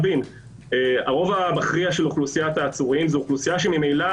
הרוב המכריע של אוכלוסיית העצורים זה אוכלוסייה שממילא